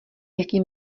jaký